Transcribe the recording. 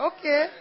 Okay